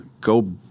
go